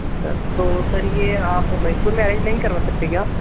अच्छा तो सर ये आप मनिकपुर में एड नहीं करवा सकते क्या